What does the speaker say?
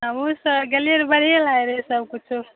हमहुँसभ गेलियै र बढिये लागलै सभ किछो